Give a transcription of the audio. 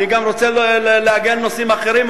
אני גם רוצה להגיע לנושאים אחרים,